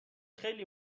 خیلی